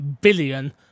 billion